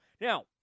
Now